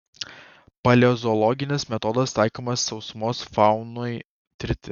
paleozoologinis metodas taikomas sausumos faunai tirti